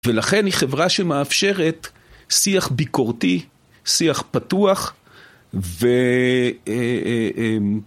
ולכן היא חברה שמאפשרת שיח ביקורתי, שיח פתוח ו...